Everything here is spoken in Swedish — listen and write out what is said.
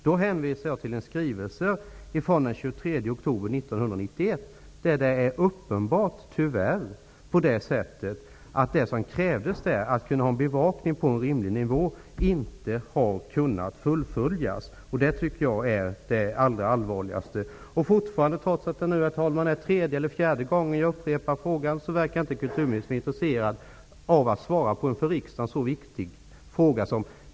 Jag hänvisade till en skrivelse från den 23 oktober 1991, och det är tyvärr uppenbart att det som där krävdes, dvs. en bevakning på rimlig nivå, inte har kunnat fullföljas. Det är det som är det allvarligaste. Trots att det nu är tredje eller fjärde gången jag upprepar frågorna, som är så viktiga för riksdagen, verkar kulturministern inte vara intresserad av att svara.